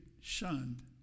shunned